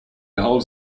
holds